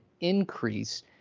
increase